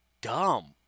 dumb